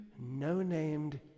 no-named